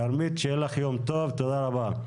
כרמית שיהיה לך יום טוב, תודה רבה.